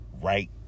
right